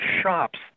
shops